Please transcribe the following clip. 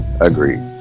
Agreed